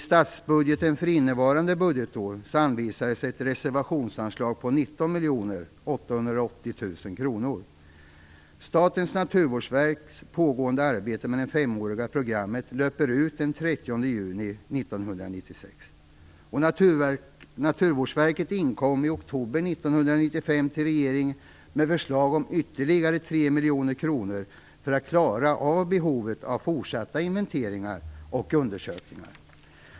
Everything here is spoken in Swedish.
Statens naturvårdsverks pågående arbete med det femåriga programmet löper ut den 30 juni 1996. Naturvårdsverket inkom i oktober 1995 till regeringen med förslag om ytterligare 3 miljoner kronor för att klara av behovet av fortsatta inventeringar och undersökningar.